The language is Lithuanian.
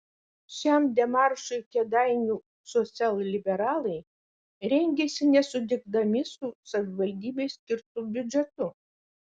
šiam demaršui kėdainių socialliberalai rengėsi nesutikdami su savivaldybei skirtu biudžetu